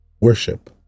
worship